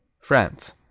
France